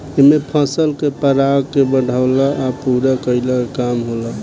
एमे फसल के पराग के बढ़ावला आ पूरा कईला के काम होला